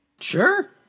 Sure